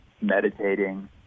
meditating